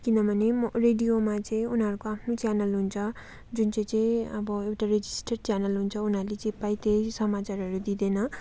किनभने म रेडियोमा चाहिँ उनीहरूको आफ्नै च्यानल हुन्छ जुन चाहिँ अब एउटा रजिस्टर्ड च्यानल हुन्छ उनीहरूले जे पायो त्यही समाचारहरू दिँदैन